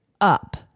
up